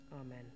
Amen